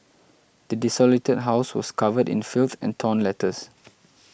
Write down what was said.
the desolated house was covered in filth and torn letters